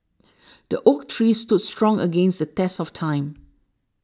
the oak tree stood strong against the test of time